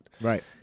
Right